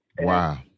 Wow